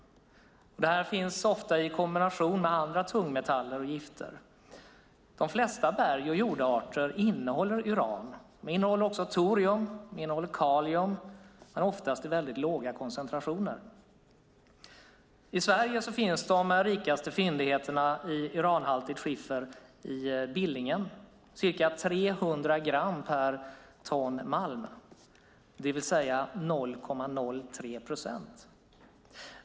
Det finns ofta i kombination med andra tungmetaller och gifter. De flesta berg och jordarter innehåller uran. De innehåller också torium och kalium, men oftast i låga koncentrationer. I Sverige finns de rikaste fyndigheterna av uranhaltigt skiffer i Billingen med ca 300 gram per ton malm, det vill säga 0,03 procent.